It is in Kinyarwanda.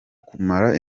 kumara